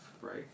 right